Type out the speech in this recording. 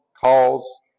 calls